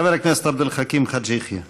חבר הכנסת עבד אל חכים חאג' יחיא.